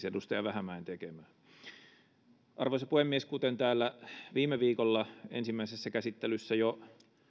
edustaja vähämäen tekemää lausumaehdotusta arvoisa puhemies kuten täällä viime viikolla ensimmäisessä käsittelyssä jo